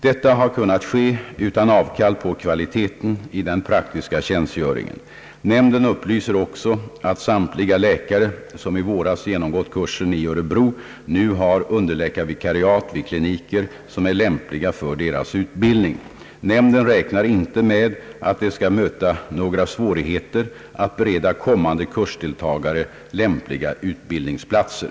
Detta har kunnat ske utan avkall på kvaliteten i den praktiska tjänstgöringen, Nämnden upplyser också att samtliga läkare, som i våras genomgått kursen i Örebro, nu har underläkarvikariat vid kliniker som är lämpliga för deras utbildning. Nämnden räknar inte med att det skall möta några svårigheter att bereda kommande kursdeltagare lämpliga utbildningsplatser.